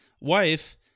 wife